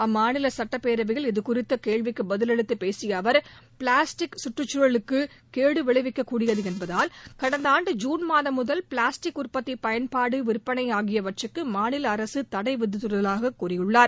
அம்மாநில சுட்டப்பேரவையில் இதுகுறித்த கேள்விக்கு பதிலளித்துப் பேசிய அவர் பிளாஸ்டிக் கற்றுச் சூழலுக்கு கேடு விளைவிக்கக்கூடியது என்பதால் கடந்த ஆண்டு ஜுன் மாதம் முதல் பிளாஸ்டிக் உற்பத்தி பயன்பாடு விற்பனை ஆகியவற்றுக்கு மாநில அரசு தடைவிதித்துள்ளதாக தெரிவித்தார்